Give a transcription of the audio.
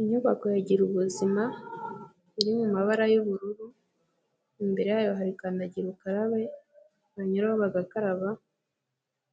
Inyubako ya girubuzima iri mu mabara y'ubururu, imbere yayo hari kandagirukarabe banyuraho bagakaraba,